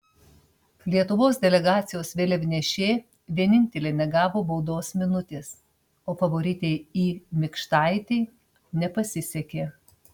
lietuvos delegacijos vėliavnešė vienintelė negavo baudos minutės o favoritei i mikštaitei nepasisekė